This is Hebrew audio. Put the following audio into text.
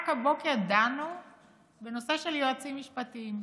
רק הבוקר דנו בנושא של יועצים משפטיים.